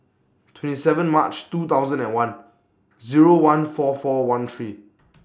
twenty seven March two thousand and one Zero one four four one three